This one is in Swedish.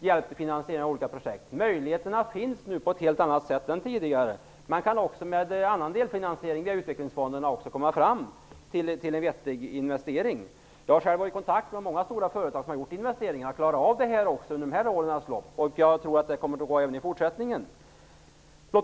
hjälp att finansiera olika projekt. Möjligheterna finns nu på ett helt annat sätt än tidigare. Man kan också med annan delfinansiering, via utvecklingsfonderna, komma fram till en vettig investering. Jag har själv varit i kontakt med många stora företag som har klarat av att göra investeringar under de här årens lopp, och jag tror att det kommer att gå även i fortsättningen.